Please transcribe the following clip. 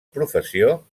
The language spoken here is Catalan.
professió